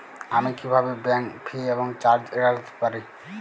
আমি কিভাবে bank fee এবং চার্জ এড়াতে পারি?